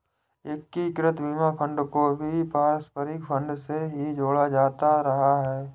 एकीकृत बीमा फंड को भी पारस्परिक फंड से ही जोड़ा जाता रहा है